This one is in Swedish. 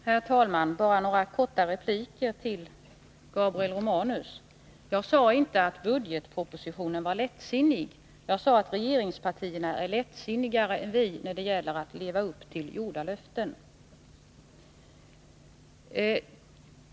Herr talman! Jag har bara några repliker till Gabriel Romanus. Jag sade inte att budgetpropositionen var lättsinnig, jag sade att regeringspartierna är lättsinnigare än vi när det gäller att leva upp till avgivna löften.